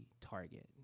target